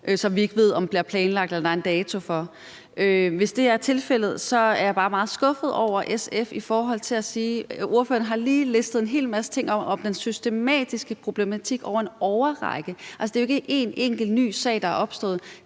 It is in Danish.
som vi ikke ved om bliver planlagt eller om der er en dato for? Hvis det er tilfældet, er jeg bare meget skuffet over SF. Ordføreren har lige listet en hel masse ting op om den systematiske problematik over en årrække. Altså, det er jo ikke en enkelt ny sag, der er opstået;